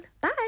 Bye